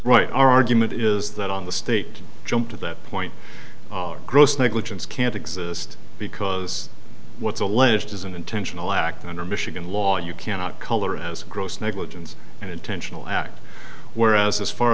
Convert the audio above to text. our argument is that on the state jumped to that point gross negligence can't exist because what's alleged is an intentional act under michigan law you cannot color as gross negligence and intentional act whereas as far